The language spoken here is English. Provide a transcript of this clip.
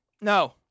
No